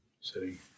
Sitting